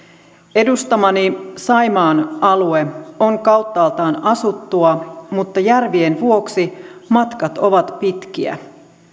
edustamani saimaan alue on kauttaaltaan asuttua mutta järvien vuoksi matkat ovat pitkiä